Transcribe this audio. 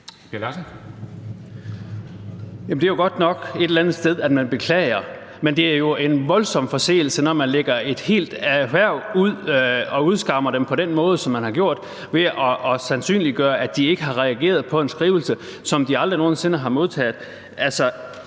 det er jo et eller andet sted godt nok, at man beklager, men det er en voldsom forseelse, når man udstiller et helt erhverv og udskammer dem på den måde, som man har gjort, ved at sandsynliggøre, at de ikke har reageret på en skrivelse, som de aldrig nogen sinde har modtaget.